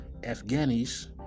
Afghanis